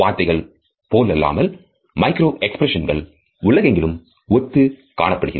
வார்த்தைகள் போலல்லாமல் மைக்ரோ எக்ஸ்பிரஷன்ஸ்கள் உலகெங்கிலும் ஒத்து காணப்படும்